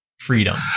freedom